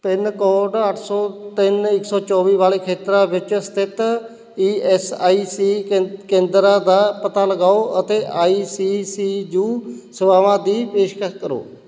pin code ਅੱਠ ਸੌ ਤਿੰਨ ਇੱਕ ਸੌ ਚੌਵੀ ਵਾਲੇ ਖੇਤਰ ਵਿੱਚ ਸਥਿੱਤ ਈ ਐਸ ਆਈ ਸੀ ਕੇਂ ਕੇਂਦਰਾਂ ਦਾ ਪਤਾ ਲਗਾਓ ਅਤੇ ਆਈ ਸੀ ਸੀ ਯੂ ਸੇਵਾਵਾਂ ਦੀ ਪੇਸ਼ਕਸ਼ ਕਰੋ